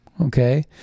Okay